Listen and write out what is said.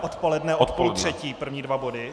Odpoledne od půl třetí první dva body.